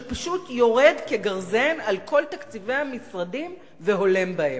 שפשוט יורד כגרזן על כל תקציבי המשרדים והולם בהם.